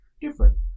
different